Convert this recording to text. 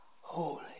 Holy